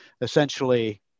essentially